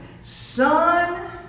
Son